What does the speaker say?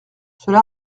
cela